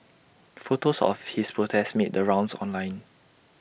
photos of his protest made the rounds online